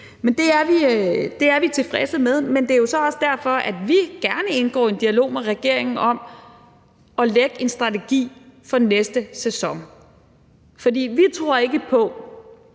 det er vi tilfredse med, og det er jo så også derfor, at vi gerne indgår i en dialog med regeringen om at lægge en strategi for næste sæson. For vi tror ikke på,